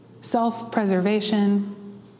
self-preservation